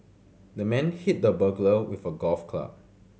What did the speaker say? the man hit the burglar with a golf club